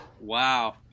Wow